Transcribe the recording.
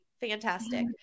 Fantastic